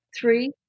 three